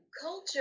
culture